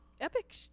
Epic